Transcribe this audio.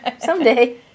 someday